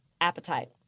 appetite